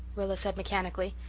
rilla said mechanically.